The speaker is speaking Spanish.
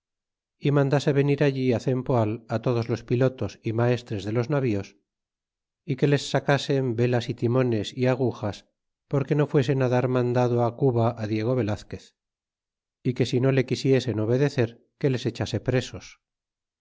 y mandase venir allí cempoal todos los pilotos y maestres de los navíos y que les sacasen velas y timones é agujas porque no fuesen dar mandado á cuba á diego velazquez é que si no le quisiesen obedecer que les echase presos